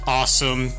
awesome